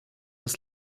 aus